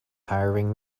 hiring